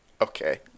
Okay